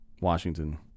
Washington